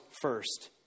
first